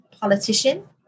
politician